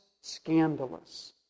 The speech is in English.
scandalous